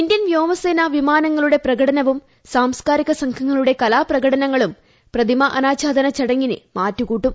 Indian വ്യോമസേന വിമാനങ്ങളുടെ പ്രകടനവും സാംസ്കാരിക സംഘങ്ങളുടെ കലാപ്രകടനങ്ങളും പ്രതിമ അനാച്ഛാദന ചടങ്ങിന് മാറ്റ് കൂട്ടും